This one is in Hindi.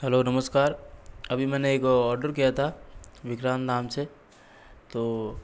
हलो नमस्कार अभी मैंने एक ऑर्डर किया था विक्रांत नाम से तो